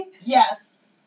Yes